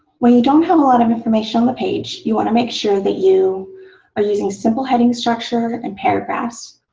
when you don't have all that information on the page, you want to make sure that you are using simple heading structure and paragraphs,